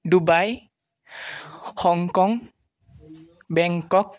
Dubai Hong Kong Bangkok